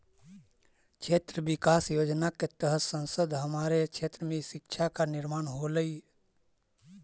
क्षेत्र विकास योजना के तहत संसद हमारे क्षेत्र में शिक्षा का निर्माण होलई